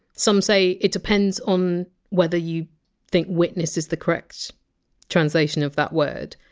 some say it depends on whether you think! witness! is the correct translation of that word.